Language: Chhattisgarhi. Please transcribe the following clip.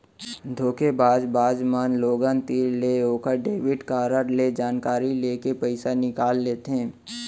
धोखेबाज बाज मन लोगन तीर ले ओकर डेबिट कारड ले जानकारी लेके पइसा निकाल लेथें